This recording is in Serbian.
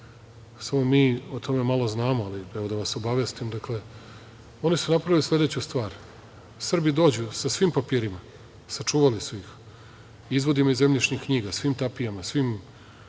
smo mi, o tome malo znamo, ali da vas obavestim, oni su napravili sledeću stvar, Srbi dođu sa svim papirima, sačuvali su ih, izvodima iz zemljišnih knjiga, svim tapijama, svim